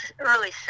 early